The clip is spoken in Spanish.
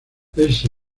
ese